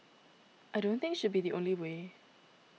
I don't think should be the only way